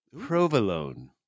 provolone